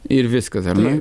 ir viskas ar ne